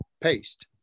paste